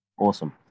awesome